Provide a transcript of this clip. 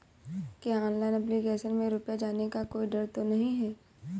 क्या online application में रुपया जाने का कोई डर तो नही है?